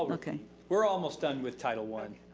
um we're almost done with title one.